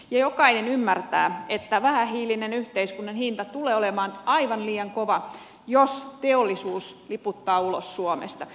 jokainen ymmärtää että vähähiilisen yhteiskunnan hinta tulee olemaan aivan liian kova jos teollisuus liputtaa ulos suomesta